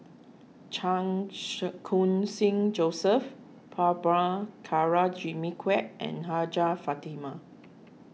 Chan shark Khun Sing Joseph Jimmy Quek and Hajjah Fatimah